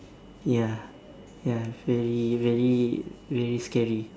ya ya very very very scary